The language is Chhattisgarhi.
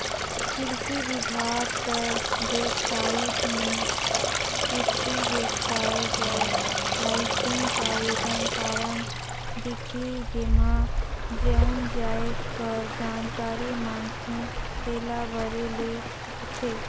किरसी बिभाग कर बेबसाइट में किरसी बेवसाय बर लाइसेंस आवेदन फारम दिखही जेम्हां जउन जाएत कर जानकारी मांगथे तेला भरे ले होथे